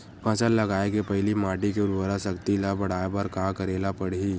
फसल लगाय के पहिली माटी के उरवरा शक्ति ल बढ़ाय बर का करेला पढ़ही?